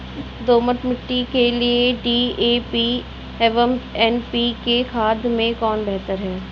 दोमट मिट्टी के लिए डी.ए.पी एवं एन.पी.के खाद में कौन बेहतर है?